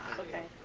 okay?